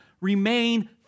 Remain